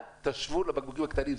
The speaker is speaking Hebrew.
אל תשוו לבקבוקים הקטנים,